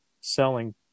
selling